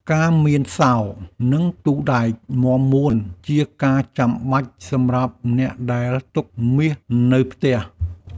ការមានសោ និងទូដែកមាំមួន ជាការចាំបាច់សម្រាប់អ្នកដែលទុកមាសនៅផ្ទះ។